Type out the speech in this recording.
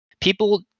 people